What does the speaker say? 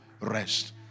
rest